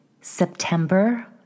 September